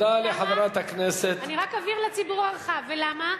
רק אבהיר לציבור הרחב: ולמה?